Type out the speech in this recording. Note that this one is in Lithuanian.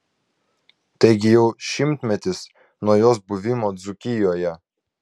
taigi jau šimtmetis nuo jos buvimo dzūkijoje